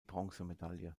bronzemedaille